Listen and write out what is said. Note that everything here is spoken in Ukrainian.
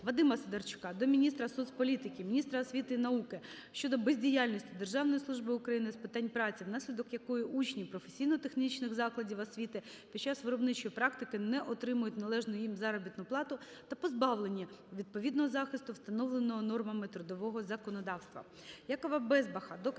Вадима Сидорчука до міністра соцполітики, міністра освіти і науки щодо бездіяльності Державної служби України з питань праці, внаслідок якої учні професійно-технічних закладів освіти під час виробничої практики не отримують належну їм заробітну плату та позбавлені відповідного захисту, встановленого нормами трудового законодавства.